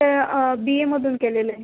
ते बी एमधून केलेलं आहे